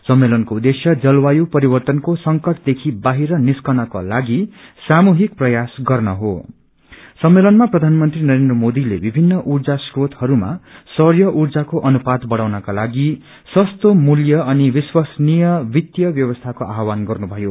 सम्मेलनको उद्देश्य जलवाय परिवर्तनको संकटदेखि बाहिर निसकनुको लागि सामूहिक प्रयास गर्न हो सम्मेलनमा प्रधानमंत्री नरेन्द्र मोदीले विभिन्न ऊर्जा स्रोतहरूमा सौँय ऊर्जा अनुपात बढ़ाउनको लागि सस्तो मूल्य अनि विश्वासनीय वित्तीय व्यवस्थाको आव्सन गर्नुथयो